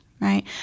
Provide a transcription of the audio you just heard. right